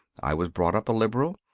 i was brought up a liberal,